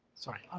sorry.